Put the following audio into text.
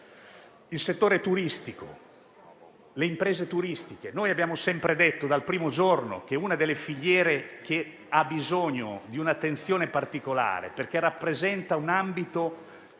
al settore turistico e alle imprese turistiche. Abbiamo sempre detto, sin dal primo giorno, che è una delle filiere che ha bisogno di un'attenzione particolare perché rappresenta un ambito